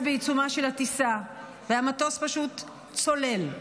בעיצומה של הטיסה, והמטוס פשוט צולל.